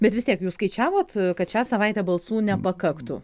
bet vis tiek jūs skaičiavot kad šią savaitę balsų nepakaktų